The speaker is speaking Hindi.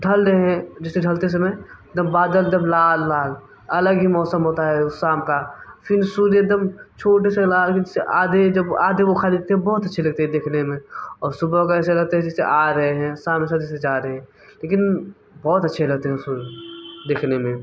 ढल रहें जैसे ढलते समय जब बादल जब लाल लाल अलग ही मौसम होता है उस शाम का फिर सूर्य एक दम छोटे से लाल आधे जब वो आधे वो खरीदते है बहुत अच्छे लगते हैं देखने में और सुबह को ऐसा लगता है जैसे आ रहे हैं शाम ऐसे जैसे जा रहें लेकिन बहुत अच्छे लगता है सूर्य दिखने में